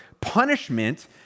punishment